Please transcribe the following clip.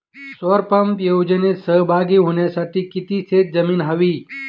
सौर पंप योजनेत सहभागी होण्यासाठी किती शेत जमीन हवी?